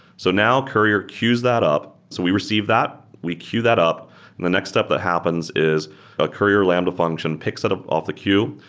so now, courier queues that up. so we receive that. we queue that up, and the next step that happens is a courier lambda function picks it ah off the queue,